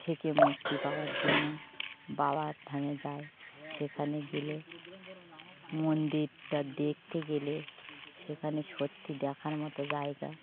থেকে মুক্তি পাওয়ার জন্য বাবার ধামে যায় সেখানে গেলে মন্দিরটা দেখতে গেলে সেখানে সত্যি দেখার মতো জায়গা